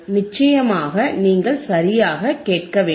நிச்சயமாக நீங்கள் சரியாக கேட்க வேண்டும்